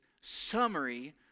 summary